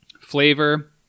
Flavor